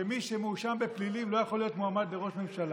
שמי שמואשם בפלילים לא יכול להיות ראש ממשלה.